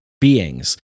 beings